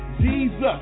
Jesus